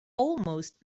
almost